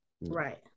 Right